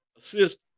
Assist